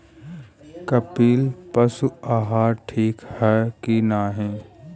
कपिला पशु आहार ठीक ह कि नाही?